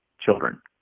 children